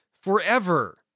forever